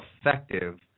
effective